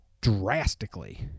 drastically